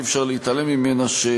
ואי-אפשר להתעלם ממנה,